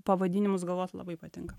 pavadinimus galvot labai patinka